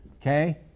Okay